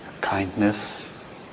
kindness